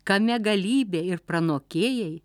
kame galybė ir pranokėjai